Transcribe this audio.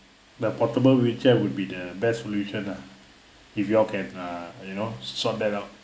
the portable wheelchair would be the best solution ah if you all can ah you know sort that out